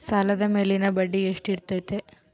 ಸಾಲದ ಮೇಲಿನ ಬಡ್ಡಿ ಎಷ್ಟು ಇರ್ತೈತೆ?